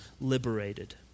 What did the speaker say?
liberated